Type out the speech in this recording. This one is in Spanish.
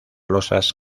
losas